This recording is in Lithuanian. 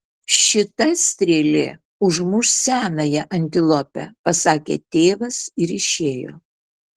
šita strėlė užmuš senąją antilopę pasakė tėvas ir išėjo